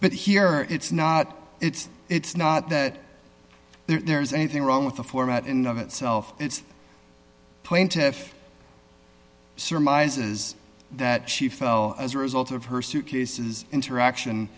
but here it's not it's it's not that there's anything wrong with the format in of itself it's point surmises that she fell as a result of her suitcases interaction